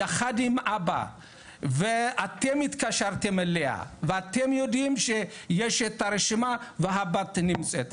יחד עם אבא ואתם התקשרתם אליה ואתם יודעים שיש את הרשימה והבת נמצאת,